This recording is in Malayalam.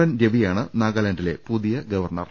എൻ രവിയാണ് നാഗാലാൻഡിലെ പുതിയ ഗവർണർ